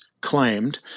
claimed